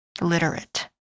literate